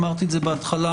אמרתי את זה בהתחלה,